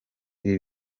ibi